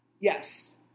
Yes